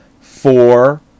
four